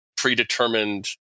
predetermined